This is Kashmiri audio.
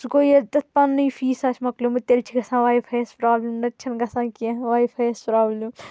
سُہ گوٚو ییٚلہِ تتھ پنُنے فیٖس آسہِ مۄکلیومُت تیٚلہِ چھِ گژھان واے فایس پرابلِم نتہٕ چھنہٕ گژھان کینٛہہ واے فایس پرابلِم